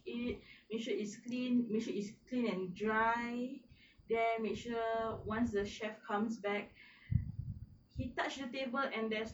it make sure it's clean make sure it's clean and dry then make sure once the chef comes back he touch the table and there's